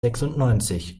sechsundneunzig